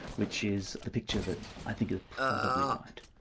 which is a picture that i think is probably right.